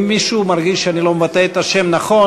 אם מישהו מרגיש שאני לא מבטא את השם נכון